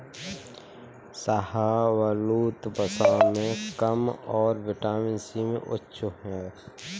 शाहबलूत, वसा में कम और विटामिन सी में उच्च है